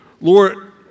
Lord